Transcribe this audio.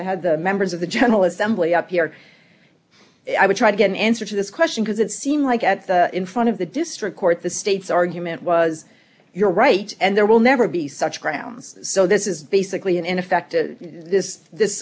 i had the members of the general assembly up here i would try to get an answer to this question because it seemed like at the in front of the district court the state's argument was you're right and there will never be such grounds so this is basically an in effect this this